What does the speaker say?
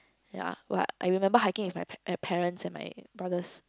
ya what I remember hiking with my pa parents and my brothers